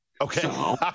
Okay